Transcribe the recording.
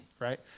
right